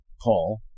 Paul